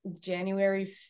january